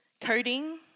Coding